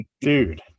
Dude